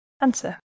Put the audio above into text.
Answer